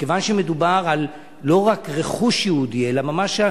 מכיוון שמדובר לא רק על רכוש יהודי אלא ממש על